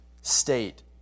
state